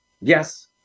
Yes